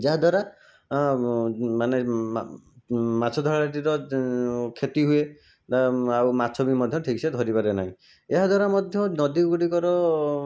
ଯାହା ଦ୍ୱାରା ମାନେ ମାଛ ଧରାଳିଟିର କ୍ଷତି ହୁଏ ଆଉ ମାଛ ବି ମଧ୍ୟ ଠିକ୍ସେ ଧରିପାରେ ନାହିଁ ଏହାଦ୍ୱାରା ମଧ୍ୟ ନଦୀଗୁଡ଼ିକର